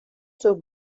sus